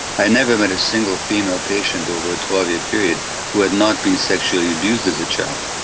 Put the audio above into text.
i never met a single female patient over a twelve year period who had not been sexually abused as a child.